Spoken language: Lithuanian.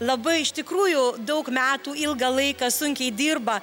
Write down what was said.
labai iš tikrųjų daug metų ilgą laiką sunkiai dirba